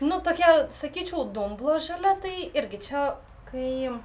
nu tokia sakyčiau dumblo žalia tai irgi čia kai